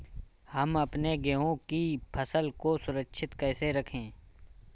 हम अपने गेहूँ की फसल को सुरक्षित कैसे रखें?